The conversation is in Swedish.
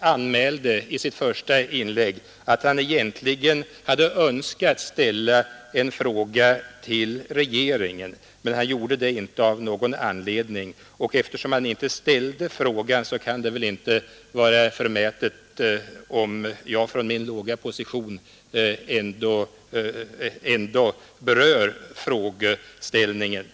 anmälde i sitt första inlägg att han egentligen hade önskat ställa en fråga till regeringen, men han gjorde inte det av någon anledning. Eftersom han inte ställde frågan, kan det väl inte vara förmätet om jag från min låga position ändå berör frågeställningen.